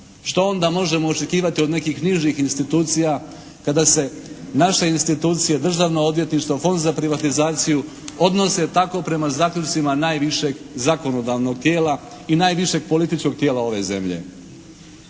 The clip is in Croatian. Što onda možemo očekivati od nekih nižih institucija kada se naše institucije, Državno odvjetništvo, Fond za privatizaciju odnose tako prema zaključcima najvišeg zakonodavnog tijela i najvišeg političkog tijela ove zemlje.